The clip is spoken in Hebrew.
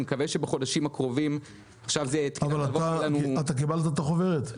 אני מקווה שבחודשים הקרובים --- אתה קיבלת את החוברת?